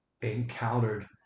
encountered